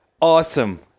awesome